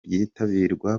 byitabirwa